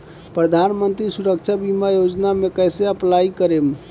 प्रधानमंत्री सुरक्षा बीमा योजना मे कैसे अप्लाई करेम?